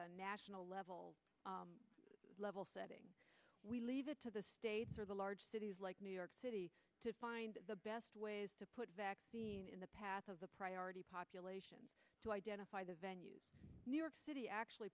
a national level level setting we leave it to the states or the large cities like new york city to find the best ways to put back in the path of the priority population to identify the venue new york city actually